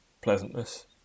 pleasantness